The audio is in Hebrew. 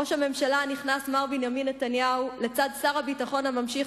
ראש הממשלה הנכנס מר בנימין נתניהו ושר הביטחון הממשיך